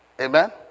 Amen